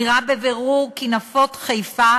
נראה בבירור כי נפות חיפה,